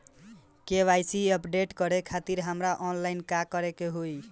KYC update करे खातिर हमरा ऑनलाइन का करे के होई?